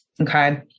Okay